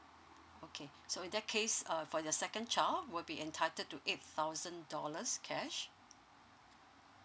okay so in that case err for your second child will be entitled to eight thousand dollars cash